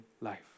life